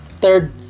Third